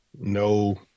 no